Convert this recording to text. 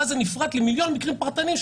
ואז זה נפרט למיליון מקרים פרטניים,